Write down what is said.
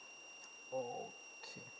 okay